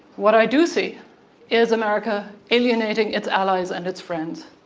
what i do see is america alienating its allies and its friends.